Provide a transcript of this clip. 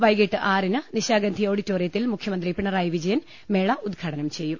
വൈകീട്ട് ആറിന് നിശാഗന്ധി ഓഡിറ്റോറിയത്തിൽ മുഖ്യമന്ത്രി പിണ റായി വിജയൻ മേള ഉദ്ഘാടനം ചെയ്യും